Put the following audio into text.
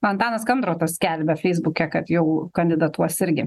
antanas kandrotas skelbia feisbuke kad jau kandidatuos irgi